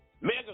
mega